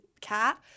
cat